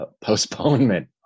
postponement